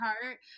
heart